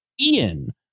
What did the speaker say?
Ian